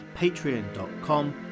patreon.com